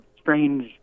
strange